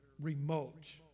remote